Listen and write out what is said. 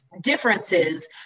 differences